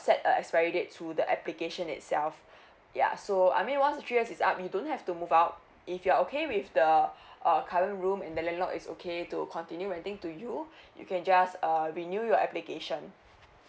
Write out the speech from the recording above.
set a expiry date to the application itself ya so I mean once the three years is up you don't have to move out if you're okay with the uh current room and the landlord is okay to continue renting to you you can just uh renew your application